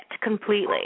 completely